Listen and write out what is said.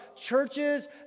churches